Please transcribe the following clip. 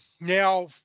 now